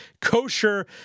kosher